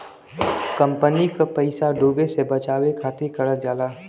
company क पइसा डूबे से बचावे खातिर करल जाला